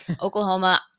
Oklahoma